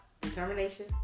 determination